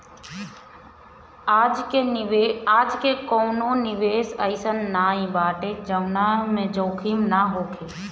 आजके कवनो निवेश अइसन नाइ बाटे जवना में जोखिम ना होखे